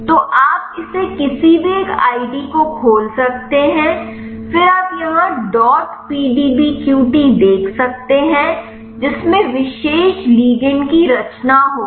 तो आप इसे किसी भी एक आईडी को खोल सकते हैं फिर आप यहां डॉट पीडीबीक्यूटी देख सकते हैं जिसमें विशेष लिगंड की रचना होगी